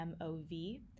MOV